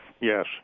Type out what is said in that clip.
Yes